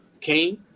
came